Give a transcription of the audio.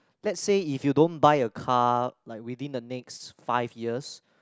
let say if you don't buy a car like within the next five years